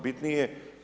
Bitnije.